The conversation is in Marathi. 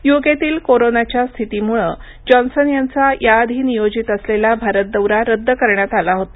युकेतील कोरोनाच्या स्थितीमुळं जॉन्सन यांचा याआधी नियोजित असलेलाभारत दौरा रद्द करण्यात आला होता